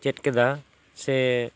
ᱪᱮᱫ ᱠᱮᱫᱟ ᱥᱮ